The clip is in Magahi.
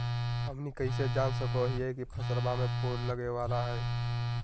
हमनी कइसे जान सको हीयइ की फसलबा में फूल लगे वाला हइ?